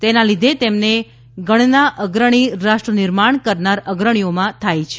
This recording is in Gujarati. તેના લીધે તેમને ગણના અગ્રણી રાષ્ટ્ર નિર્માણ કરનાર અગ્રણીઓમાં થાય છે